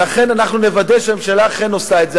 לכן אנחנו נוודא שהממשלה אכן עושה את זה.